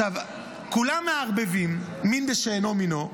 כולם מערבבים מין בשאינו מינו,